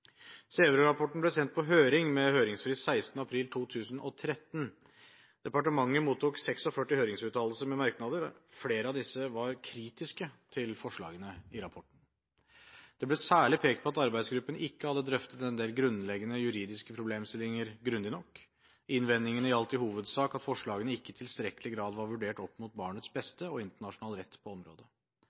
Sæverud-rapporten ble sendt på høring med høringsfrist 16. april 2013. Departementet mottok 46 høringsuttalelser med merknader, flere av disse var kritiske til forslagene i rapporten. Det ble særlig pekt på at arbeidsgruppen ikke hadde drøftet en del grunnleggende juridiske problemstillinger grundig nok. Innvendingene gjaldt i hovedsak at forslagene ikke i tilstrekkelig grad var vurdert opp mot barnets beste og internasjonal rett på området.